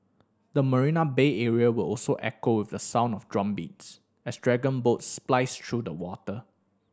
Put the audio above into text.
the Marina Bay area will also echo with the sound of drumbeats as dragon boats splice through the water